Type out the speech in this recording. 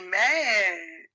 mad